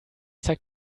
zeigt